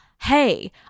hey